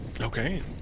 Okay